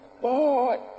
Boy